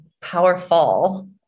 powerful